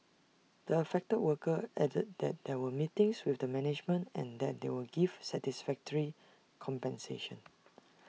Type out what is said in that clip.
the affected worker added that there were meetings with the management and that they were given satisfactory compensation